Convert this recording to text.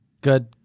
Good